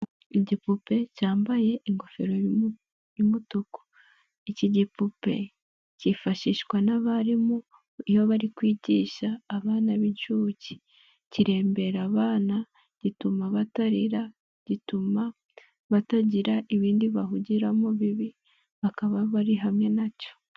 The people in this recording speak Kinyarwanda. Igipupe cyambaye ingofero y'mutuku, iki gipupe cyifashishwa n'abarimu iyo bari kwigisha abana b'inshuke, kirembera abana, gituma batarira, gituma batagira ibindi bahugiramo bibi bakaba bari hamwe nacyo.